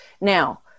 now